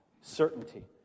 Certainty